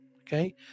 okay